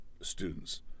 students